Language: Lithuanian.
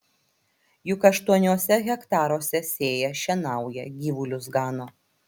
juk aštuoniuose hektaruose sėja šienauja gyvulius gano